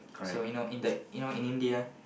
so you know in the you know in India